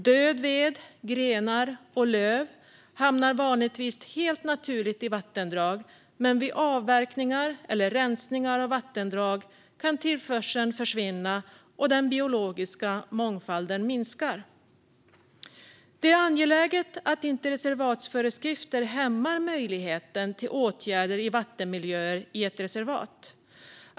Död ved, grenar och löv hamnar vanligtvis helt naturligt i vattendrag, men vid avverkningar eller rensningar av vattendrag kan tillförseln försvinna och den biologiska mångfalden minska. Det är angeläget att inte reservatsföreskrifter hämmar möjligheten till åtgärder i vattenmiljöer i ett reservat.